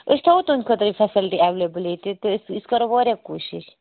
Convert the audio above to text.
أسۍ تھاوو تُہٕنٛدِ خٲطرٕ یہِ فیسلٹی ایٚولیبٕل ییٚتہِ تہٕ أسۍ کرو واریاہ کوٗشِش